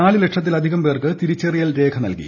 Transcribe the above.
നാല് ലക്ഷത്തിലധികം പേർക്ക് തിരിച്ചറിയൽ രേഖ നൽകി